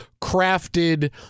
crafted